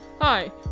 Hi